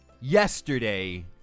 yesterday